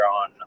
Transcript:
on